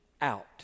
out